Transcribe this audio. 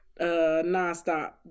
Nonstop